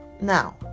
Now